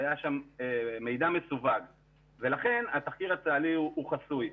היה שם מידע מסווג ולכן התחקיר הצה"לי הוא חסוי.